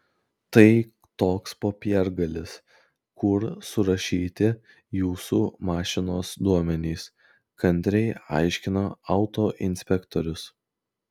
tai toks popiergalis kur surašyti jūsų mašinos duomenys kantriai aiškina autoinspektorius